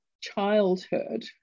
childhood